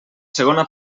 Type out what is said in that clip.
segona